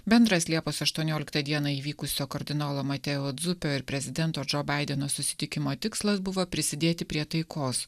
bendras liepos aštuonioliktą dieną įvykusio kardinolo mateo dzupio ir prezidento džo baideno susitikimo tikslas buvo prisidėti prie taikos